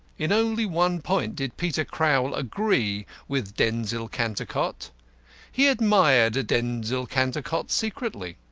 in only one point did peter crowl agree with denzil cantercot he admired denzil cantercot secretly.